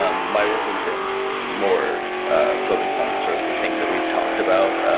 ah my work has been more focused on sort of the things that we've talked about.